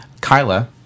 Kyla